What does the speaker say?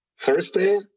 Thursday